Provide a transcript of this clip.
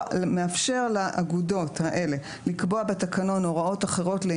מאפשר לאגודות האלה לקבוע בתקנון הוראות אחרות לא